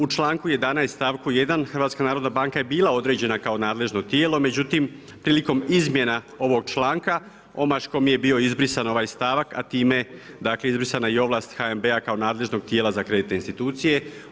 U čl. 11, stavku 1. HNB je bila određena kao nadležno tijelo, međutim, prilikom izmjena ovoga članka omaškom je bio izbrisan ovaj stavak, a time, dakle, izbrisana i ovlast HNB-a kao nadležnog tijela za kreditne institucije.